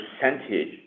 percentage